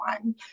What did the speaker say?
one